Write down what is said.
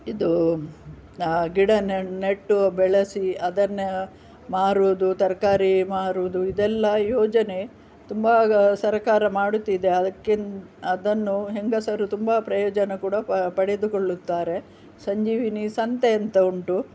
ಇದು ಗಿಡ ನೆ ನೆಟ್ಟು ಬೆಳೆಸಿ ಅದನ್ನ ಮಾರೋದು ತರಕಾರಿ ಮಾರುವುದು ಇದೆಲ್ಲ ಯೋಜನೆ ತುಂಬಾ ಸರಕಾರ ಮಾಡುತ್ತಿದೆ ಅದಕ್ಕಿನ ಅದನ್ನು ಹೆಂಗಸರು ತುಂಬಾ ಪ್ರಯೋಜನ ಕೂಡ ಪ ಪಡೆದುಕೊಳ್ಳುತ್ತಾರೆ ಸಂಜೀವಿನಿ ಸಂತೆ ಅಂತ ಉಂಟು